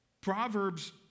Proverbs